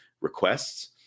requests